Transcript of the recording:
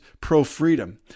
pro-freedom